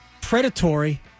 Predatory